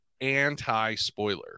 anti-spoiler